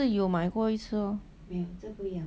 你以前不是有买过一次 lor